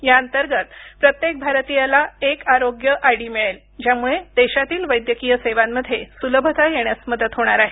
या अंतर्गत प्रत्येक भारतीयाला एक आरोग्य आय डी मिळेल ज्यामुळे देशातील वैद्यकीय सेवांमध्ये सुलभता येण्यास मदत होणार आहे